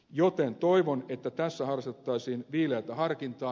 joten toivon että tässä harrastettaisiin viileätä harkintaa